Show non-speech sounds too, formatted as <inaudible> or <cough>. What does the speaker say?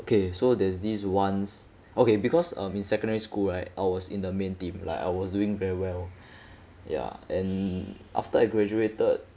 okay so there was this once okay because I'm in secondary school right I was in the main team like I was doing very well <breath> ya and after I graduated